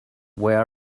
where